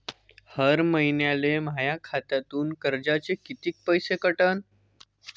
हर महिन्याले माह्या खात्यातून कर्जाचे कितीक पैसे कटन?